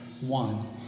one